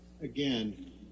Again